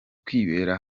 kwibera